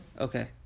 Okay